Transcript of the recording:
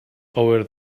over